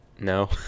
no